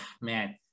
man